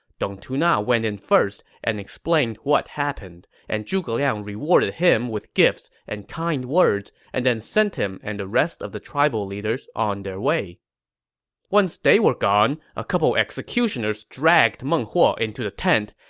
dong tuna went in first and explained what happened, and zhuge liang rewarded him with gifts and kind words and sent him and the rest of the tribal leaders on their way once they were gone, a couple executioners dragged meng huo into the tent,